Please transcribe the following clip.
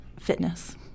fitness